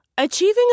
Achieving